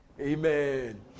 Amen